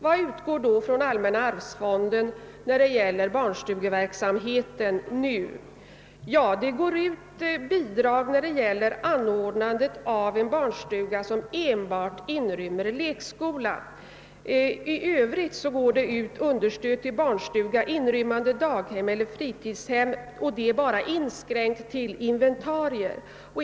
Vad utgår då ur allmänna arvsfonden till barnstugeverksamheten nu? Det utgår bidrag för anordnande av barnstugor som enbart inrymmer lekskola. I övrigt utgår det understöd till barnstuga inrymmande daghem eller fritidshem, men understödet är inskränkt till att gälla inventarier.